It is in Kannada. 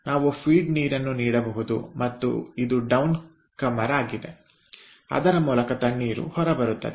ನಾವು ಫೀಡ್ ನೀರನ್ನು ನೀಡಬಹುದು ಮತ್ತು ಇದು ಡೌನ್ ಕಮೆರ್ ಆಗಿದೆ ಅದರ ಮೂಲಕ ತಣ್ಣೀರು ಹೊರಬರುತ್ತದೆ